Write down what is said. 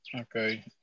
okay